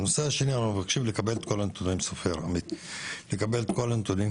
הנושא השני, סופר, אנחנו מבקשים את כל הנתונים.